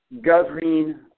governing